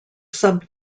sub